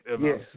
Yes